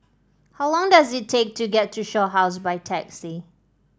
how long does it take to get to Shaw House by taxi